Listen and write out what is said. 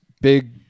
big